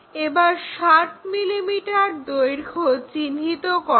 এবার 60 mm দৈর্ঘ্য চিহ্নিত করো